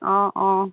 অঁ অঁ